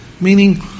Meaning